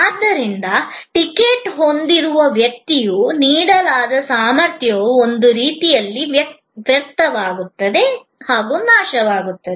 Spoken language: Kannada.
ಆದ್ದರಿಂದ ಟಿಕೆಟ್ ಹೊಂದಿರುವ ವ್ಯಕ್ತಿಗೆ ನೀಡಲಾದ ಸಾಮರ್ಥ್ಯವು ಒಂದು ರೀತಿಯಲ್ಲಿ ವ್ಯರ್ಥವಾಗುತ್ತದೆ ನಾಶವಾಗುತ್ತದೆ